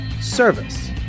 service